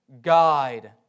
guide